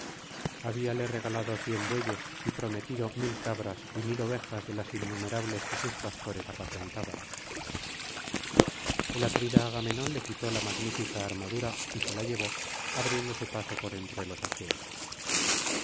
habíale regalado cien bueyes y prometido mil cabras y mil ovejas de las innumerables que sus pastores apacentaban el atrida agamenón le quitó la magnífica armadura y se la llevó abriéndose paso por entre los aqueos